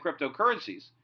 cryptocurrencies